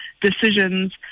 decisions